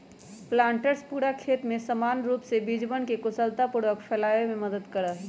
planters पूरा खेत में समान रूप से बीजवन के कुशलतापूर्वक फैलावे में मदद करा हई